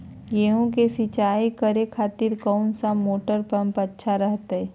गेहूं के सिंचाई करे खातिर कौन सा मोटर पंप अच्छा रहतय?